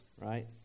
right